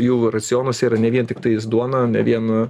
jų racionas yra ne vien tiktais duona ne vien